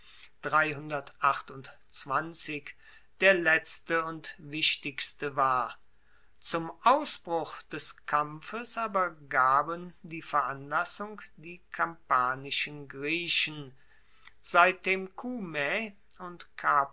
der letzte und wichtigste war zum ausbruch des kampfes aber gaben die veranlassung die kampanischen griechen seitdem cumae und capua